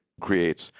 creates